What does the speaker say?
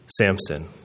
Samson